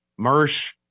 Mersh